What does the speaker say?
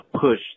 push